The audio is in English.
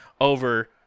over